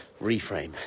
Reframe